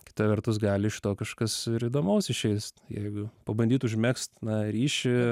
kita vertus gal iš to kažkas ir įdomaus išeis jeigu pabandyt užmegzt na ryšį